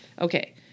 Okay